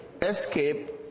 Escape